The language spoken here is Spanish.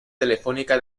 telefónica